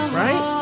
right